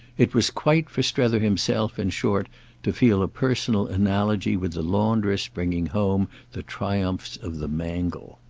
it was quite for strether himself in short to feel a personal analogy with the laundress bringing home the triumphs of the mangle.